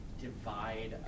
divide